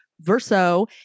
verso